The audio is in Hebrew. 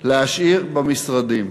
להשאיר במשרדים.